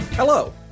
Hello